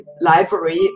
library